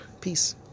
peace